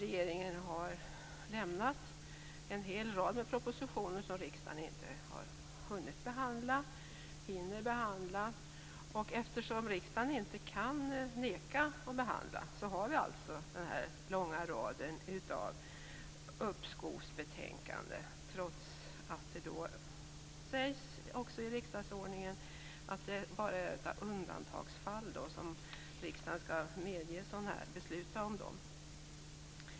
Regeringen har avlämnat en hel rad propositioner som riksdagen inte har hunnit behandla och inte heller hinner behandla. Eftersom riksdagen inte kan neka behandling har vi en lång rad uppskovsbetänkanden; detta trots att det i riksdagsordningen alltså sägs att det bara är i undantagsfall som riksdagen kan medge det.